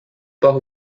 par